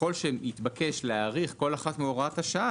ככל שיתבקש להאריך כל אחת מהוראות השעה,